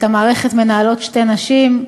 את המערכת מנהלות שתי נשים,